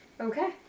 Okay